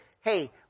hey